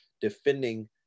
defending